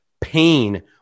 pain